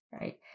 right